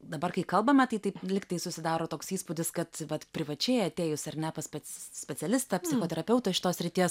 dabar kai kalbame tai taip lygtai susidaro toks įspūdis kad privačiai atėjus ar ne pats spec specialistą psichoterapeutą šitos srities